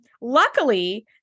luckily